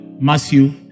Matthew